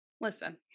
Listen